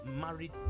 married